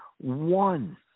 one